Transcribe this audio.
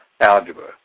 algebra